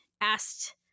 asked